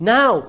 Now